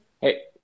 Hey